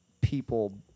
people